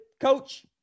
Coach